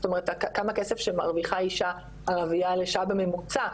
זאת אומרת כמה כסף שמרוויחה אישה ערביה לשעה בממוצע,